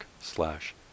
slash